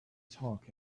talk